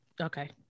Okay